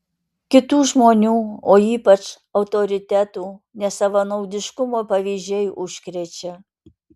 kitų žmonių o ypač autoritetų nesavanaudiškumo pavyzdžiai užkrečia